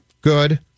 Good